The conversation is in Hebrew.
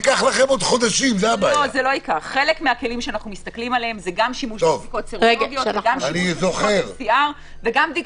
במגזר הכללי מספר הבדיקות היומי ל-10,000